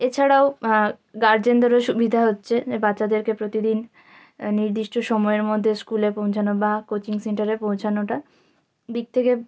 এছাড়াও গার্জেনদেরও সুবিধা হচ্ছে যে বাচ্চাদেরকে প্রতিদিন নির্দিষ্ট সময়ের মধ্যে স্কুলে পৌঁছানো বা কোচিং সেন্টারে পৌঁছানোটা দিক থেকে